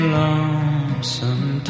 lonesome